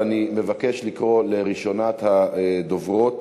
אני מבקש לקרוא לראשונת הדוברים,